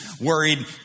worried